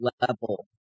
level